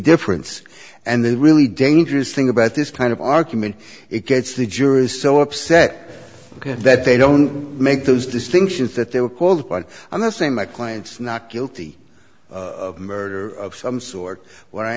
difference and the really dangerous thing about this kind of argument it gets the jury is so upset that they don't make those distinctions that they were called but i'm not saying my clients not guilty of murder of some sort wh